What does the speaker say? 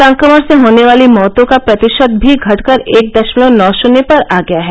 संक्रमण से होने वाली मौतों का प्रतिशत भी घटकर एक दशमलव नौ शुन्य पर आ गया है